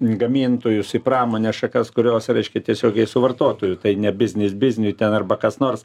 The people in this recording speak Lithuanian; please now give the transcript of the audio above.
gamintojus į pramonės šakas kurios reiškia tiesiogiai su vartotoju tai ne biznis bizniui ten arba kas nors